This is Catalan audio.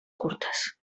curtes